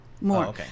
more